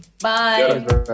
Bye